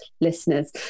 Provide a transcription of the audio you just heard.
listeners